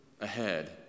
ahead